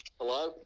Hello